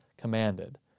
commanded